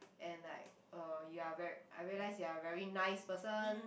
and like uh you are very I realise you are very nice person